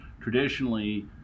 Traditionally